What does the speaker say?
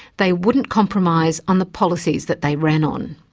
they wouldn't compromise on the policies that they ran on.